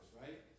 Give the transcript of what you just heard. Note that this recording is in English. right